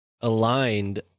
aligned